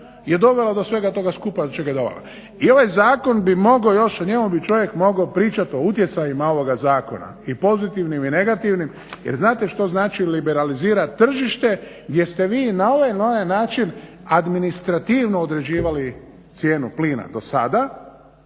I ovaj zakon bi mogao još, o njemu bi čovjek mogao pričati o utjecajima ovoga zakona i pozitivnim i negativnim jer znate što znači liberalizirat tržište gdje ste vi na ovaj ili na onaj način administrativno određivali cijenu plina do sada